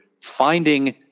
finding